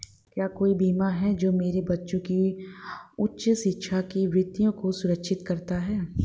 क्या कोई बीमा है जो मेरे बच्चों की उच्च शिक्षा के वित्त को सुरक्षित करता है?